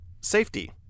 Safety